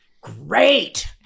Great